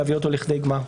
להביא אותו לכדי גמר.